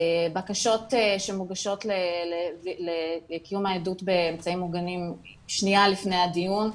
בקשות שמוגשות לקיום העדות באמצעים מוגנים שניה לפני הדיון,